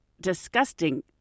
disgusting